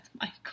Michael